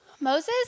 Moses